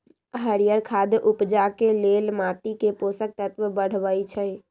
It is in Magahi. हरियर खाद उपजाके लेल माटीके पोषक तत्व बढ़बइ छइ